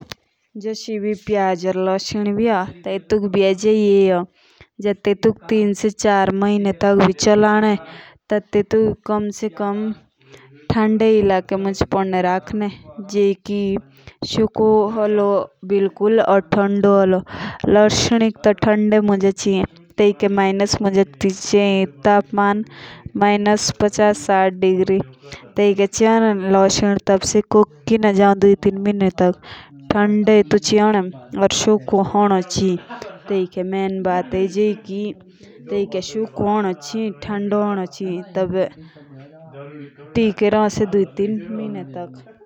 जूस एभी पियाज या लोसिन बी होन टू टेटुक टीन से चार म्हिन लग भी चोलेन। तो तेतोक इचे थंडे मुंज पोडने रख्ने जेइके बिल्कुल सुखो होलो। लास्निक तो थंडे मुंज चेयी जेइके बहुत ठंडा होला।